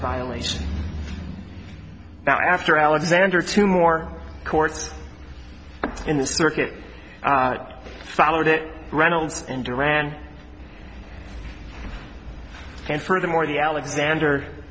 violation now after alexander two more courts in the circuit followed it reynolds and duran and furthermore the alexander